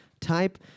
type